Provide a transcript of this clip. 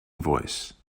voice